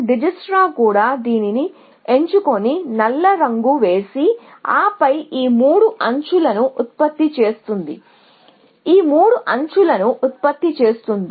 Dijkstra కూడా దీనిని ఎంచుకొని నల్లగా రంగు వేసి ఆపై ఈ మూడు ఎడ్జ్ లను ఉత్పత్తి చేస్తుంది ఈ మూడు ఎడ్జ్ లను ఉత్పత్తి చేస్తుంది